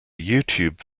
youtube